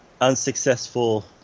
unsuccessful